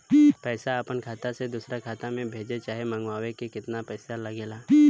पैसा अपना खाता से दोसरा खाता मे भेजे चाहे मंगवावे में केतना पैसा लागेला?